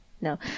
no